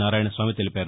నారాయణ స్వామి తెలిపారు